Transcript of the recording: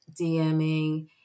DMing